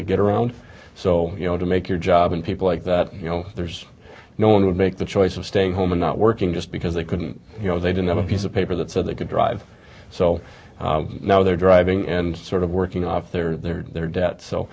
to get around so you know to make your job and people like that you know there's no one would make the choice of staying home and not working just because they couldn't you know they didn't have a piece of paper that said they could drive so now they're driving and sort of working off their their their debt so